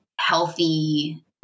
healthy